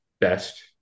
best